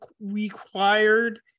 required